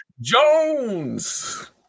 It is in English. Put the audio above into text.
Jones